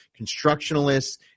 constructionalists